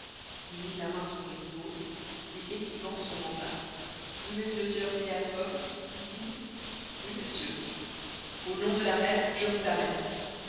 lui mit la main sur l'épaule et exhibant son mandat vous êtes le sieur phileas fogg dit-il oui monsieur au nom de la reine je vous arrête